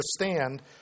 understand